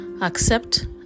Accept